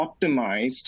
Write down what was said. optimized